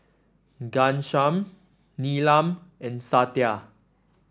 Ghanshyam Neelam and Satya